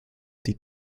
die